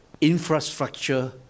infrastructure